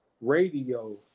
radio